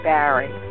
Barry